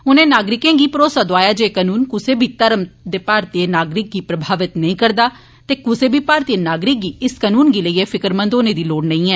उनें नागरिकें गी भरोसा दोआया जे एह कानून कूसै बी धर्म दे भारतीय नागरिक गी प्रमावित नेई करदा ते कूसै बी भारतीय नागरिक गी इस कनून गी लेइये फिकरमंद होने दी लोड़ नेईं ऐ